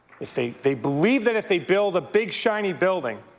if they they believe that if they build a big shiny building,